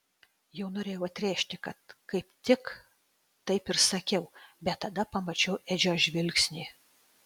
jau norėjau atrėžti kad kaip tik taip ir sakiau bet tada pamačiau edžio žvilgsnį